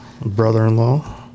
brother-in-law